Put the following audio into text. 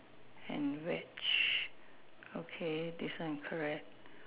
and retch okay this one correct